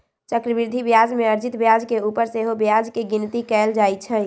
चक्रवृद्धि ब्याज में अर्जित ब्याज के ऊपर सेहो ब्याज के गिनति कएल जाइ छइ